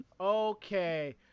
okay